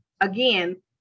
again